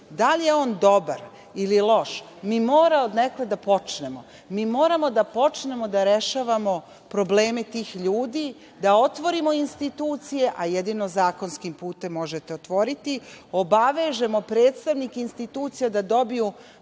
Da li je on dobar ili loš, mi moramo od nekuda da počnemo, mi moramo da počnemo da rešavamo probleme tih ljudi da otvorimo institucije, a jedino zakonskim putem možete otvoriti, obavežemo predstavnike institucija da dobiju